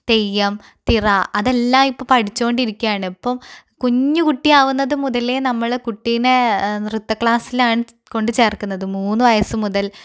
തെയ്യം തിറ അതെല്ലാം ഇപ്പോൾ പഠിച്ചുകൊണ്ടിരിക്കുകയാണ് ഇപ്പം കുഞ്ഞുകുട്ടിയാവുന്നത് മുതലേ നമ്മള് കുട്ടിനെ നൃത്ത ക്ലാസ്സിലാണ് കൊണ്ട് ചേർക്കുന്നത് മൂന്ന് വയസ്സ് മുതൽ